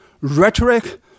rhetoric